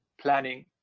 planning